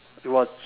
it was